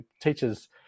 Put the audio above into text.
teachers